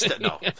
No